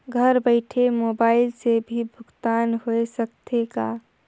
घर बइठे मोबाईल से भी भुगतान होय सकथे का?